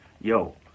Yo